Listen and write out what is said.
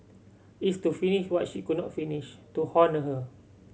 it's to finish what she could not finish to honour her